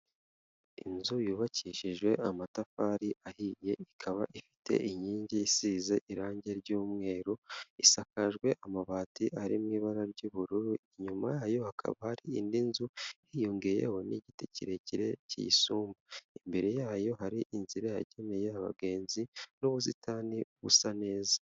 Inzu yubakishijwe amatafari ahiye, ikaba ifite inkingi isize irange ry'umweru, isakajwe amabati ari mu ibara ry'ubururu, inyuma yayo hakaba hari indi nzu hiyongeyeho n'igiti kirekire kiyisumba, imbere yayo hari inzira yageneye abagenzi n'ubusitani busa neza.